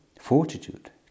fortitude